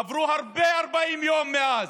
עברו הרבה יותר מ-40 יום מאז.